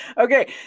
okay